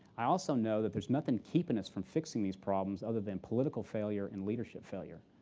i also know that there's nothing keeping us from fixing these problems other than political failure and leadership failure.